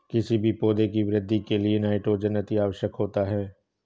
किसी भी पौधे की वृद्धि के लिए नाइट्रोजन अति आवश्यक होता है